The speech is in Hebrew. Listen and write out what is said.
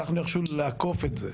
הצלחנו איכשהו לעקוף את זה.